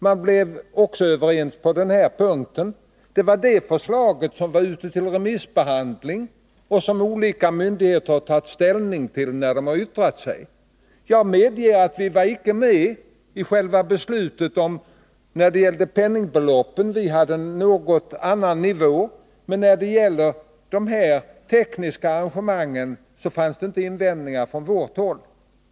Partierna blev överens också på den punkten. Kommitténs förslag var ute på remiss och olika myndigheter har tagit ställning. Jag medger att vi socialdemokrater icke var med om själva beslutet när det gällde penningbeloppen. Vi hade ju föreslagit en något lägre nivå. Men när det gäller de tekniska arrangemangen gjordes det inte några invändningar från vårt håll.